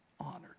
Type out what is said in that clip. honored